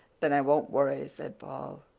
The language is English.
then i won't worry, said paul,